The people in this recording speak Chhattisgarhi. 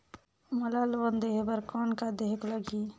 मोला लोन लेहे बर कौन का देहेक लगही?